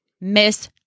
miss